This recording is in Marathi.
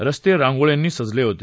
रस्ते रांगोळ्यांनी सजले होते